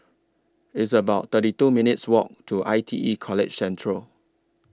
It's about thirty two minutes' Walk to I T E College Central